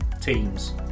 teams